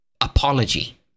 apology